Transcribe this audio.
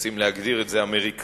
שמנסים להגדיר את זה, אמריקני